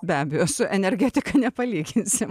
be abejo su energetika nepalyginsim